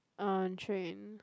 on train